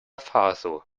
faso